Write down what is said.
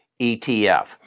ETF